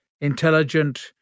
intelligent